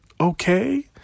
okay